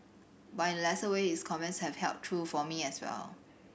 but in a lesser way his comments have held true for me as well